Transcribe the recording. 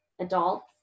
adults